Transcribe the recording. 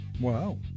Wow